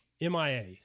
MIA